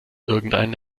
irgendeinen